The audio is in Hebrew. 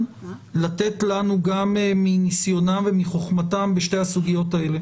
לתת לנו גם מניסיונם ומחוכמתם בשתי הסוגיות האלה